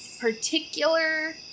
particular